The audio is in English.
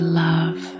love